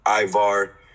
Ivar